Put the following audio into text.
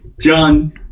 John